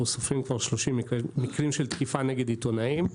סופרים כבר 30 מקרים של תקיפה נגד עיתונאים.